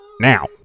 now